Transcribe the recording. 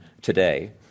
today